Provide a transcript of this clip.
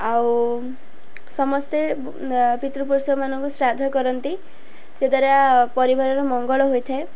ଆଉ ସମସ୍ତେ ପିତୃ ପୁରୁଷ ମାନଙ୍କୁ ଶ୍ରାଦ୍ଧ କରନ୍ତି ଯଦ୍ୱାରା ପରିବାରର ମଙ୍ଗଳ ହୋଇଥାଏ